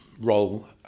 role